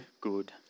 good